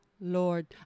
Lord